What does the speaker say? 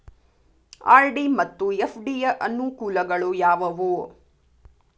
RD ಮತ್ತು FD ಯ ಅನುಕೂಲಗಳು ಯಾವವು?